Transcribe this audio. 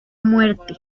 muerte